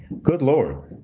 good lord,